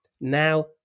now